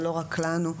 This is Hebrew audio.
ולא רק לנו,